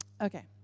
Okay